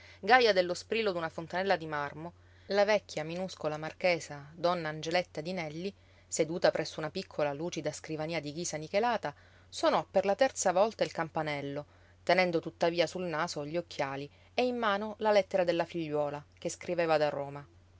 gaja dello sprillo d'una fontanella di marmo la vecchia minuscola marchesa donna angeletta dinelli seduta presso una piccola lucida scrivania di ghisa nichelata sonò per la terza volta il campanello tenendo tuttavia sul naso gli occhiali e in mano la lettera della figliuola che scriveva da roma